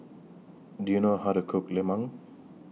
Do YOU know How to Cook Lemang